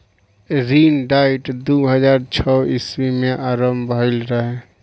ऋण डाइट दू हज़ार छौ ईस्वी में आरंभ भईल रहे